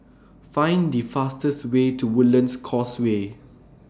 Find The fastest Way to Woodlands Causeway